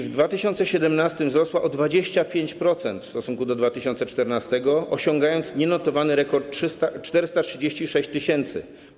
W 2017 r. wzrosła o 25% w stosunku do 2014 r., osiągając nienotowany rekord - 436 tys.